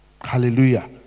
hallelujah